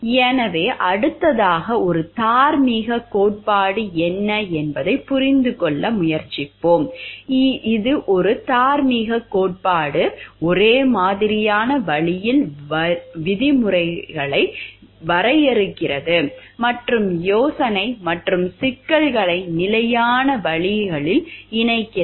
எனவே அடுத்ததாக ஒரு தார்மீகக் கோட்பாடு என்ன என்பதைப் புரிந்துகொள்ள முயற்சிப்போம் ஒரு தார்மீக கோட்பாடு ஒரே மாதிரியான வழிகளில் விதிமுறைகளை வரையறுக்கிறது மற்றும் யோசனை மற்றும் சிக்கல்களை நிலையான வழிகளில் இணைக்கிறது